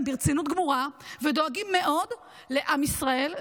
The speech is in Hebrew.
ברצינות גמורה ודואגים מאוד לעם ישראל,